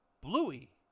Bluey